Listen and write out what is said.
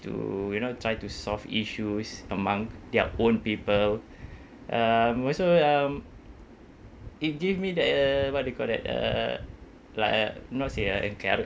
to you know try to solve issues among their own people um it also um it give me the what you call that uh like uh not say uh